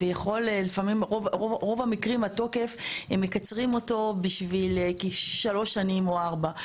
ברוב המקרים הם מקצרים את התוקף לשלוש שנים או ארבע.